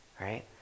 right